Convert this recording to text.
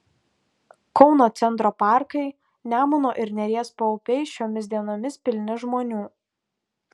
kauno centro parkai nemuno ir neries paupiai šiomis dienomis pilni žmonių